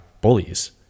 bullies